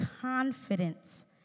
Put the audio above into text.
confidence